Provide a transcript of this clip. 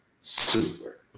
super